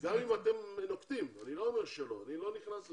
ואני לא אומר שלא ואני לא נכנס לזה.